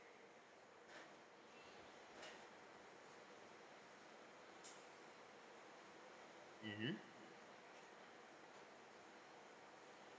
mmhmm